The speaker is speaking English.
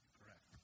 Correct